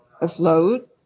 afloat